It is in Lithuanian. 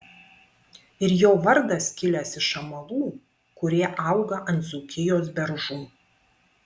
ir jo vardas kilęs iš amalų kurie auga ant dzūkijos beržų